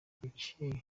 kuki